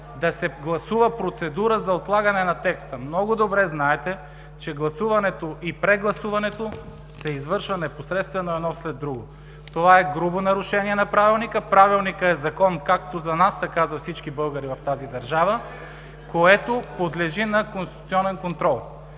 да се гласува процедура за отлагане на текста. Много добре знаете, че гласуването и прегласуването се извършват непосредствено едно след друго. Това е грубо нарушение на Правилника. Правилникът е закон, както за нас, така и за всички българи в тази държава, което подлежи на конституционен контрол.